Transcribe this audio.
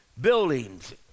buildings